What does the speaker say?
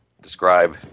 describe